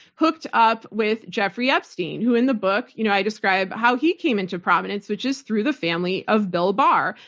hooked up with jeffrey epstein who-in the book you know i describe how he came into prominence which is through the family of bill barr.